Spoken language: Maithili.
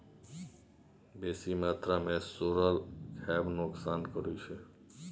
बेसी मात्रा मे सोरल खाएब नोकसान करै छै